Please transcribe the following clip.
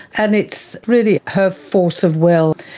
and it's really her force of will,